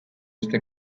este